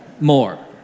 More